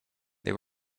they